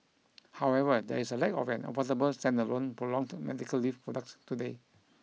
however there is a lack of an affordable stand alone prolonged medical leave products today